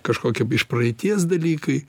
kažkokie iš praeities dalykai